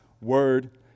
word